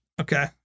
Okay